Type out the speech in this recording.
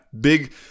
Big